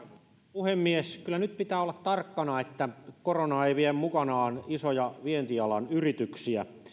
puhemies kyllä nyt pitää olla tarkkana että korona ei vie mukanaan isoja vientialan yrityksiä